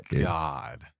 God